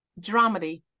dramedy